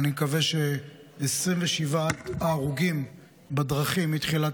ואני מקווה ש-27 ההרוגים בדרכים מתחילת